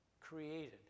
created